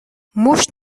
مشت